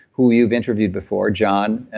who you've interviewed before john?